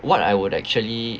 what I would actually